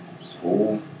school